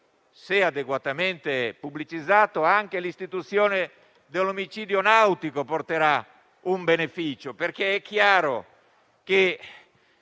se adeguatamente pubblicizzata, anche l'istituzione dell'omicidio nautico porterà un beneficio. È chiaro che